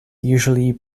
usually